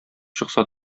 чыкса